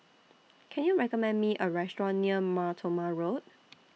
Can YOU recommend Me A Restaurant near Mar Thoma Road